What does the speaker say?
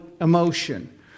emotion